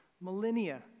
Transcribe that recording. millennia